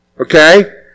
Okay